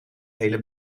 hele